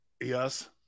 Yes